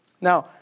Now